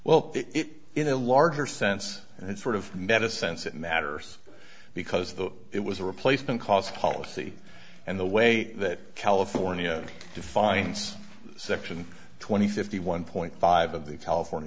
well it in a larger sense and it's sort of medicines that matters because the it was a replacement cost policy and the way that california defines section twenty fifty one point five of the